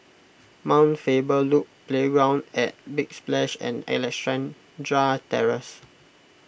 Mount Faber Loop Playground at Big Splash and Alexandra Terrace